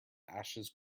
ashes